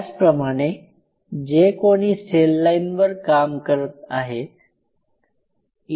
त्याचप्रमाणे जे कोणी सेल लाईनवर काम करत आहेत